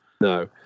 no